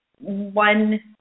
one